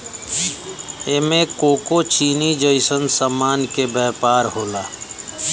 एमे कोको चीनी जइसन सामान के व्यापार होला